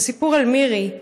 זה סיפור על מירי,